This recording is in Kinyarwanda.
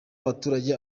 abaturage